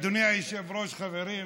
אדוני היושב-ראש, חברים וחברות,